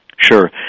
Sure